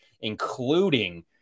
including